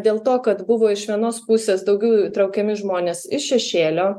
dėl to kad buvo iš vienos pusės daugiau įtraukiami žmonės iš šešėlio